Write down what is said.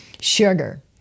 sugar